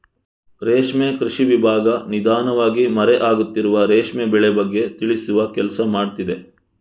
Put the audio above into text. ರೇಷ್ಮೆ ಕೃಷಿ ವಿಭಾಗ ನಿಧಾನವಾಗಿ ಮರೆ ಆಗುತ್ತಿರುವ ರೇಷ್ಮೆ ಬೆಳೆ ಬಗ್ಗೆ ತಿಳಿಸುವ ಕೆಲ್ಸ ಮಾಡ್ತಿದೆ